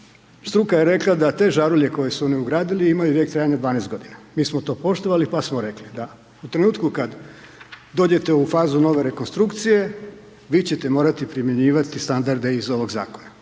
struka je rekla da te žarulje koje su oni ugradili, imaju vijek trajanja 12 godina. Mi smo to poštovali, pa smo rekli da, u trenutku kad dođete u fazu nove rekonstrukcije, vi ćete morati primjenjivati standarde iz ovog Zakona.